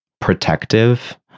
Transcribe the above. protective